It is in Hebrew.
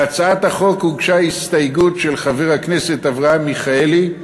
להצעת החוק הוגשה הסתייגות של חבר הכנסת אברהם מיכאלי.